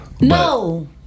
No